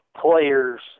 players